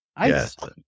Yes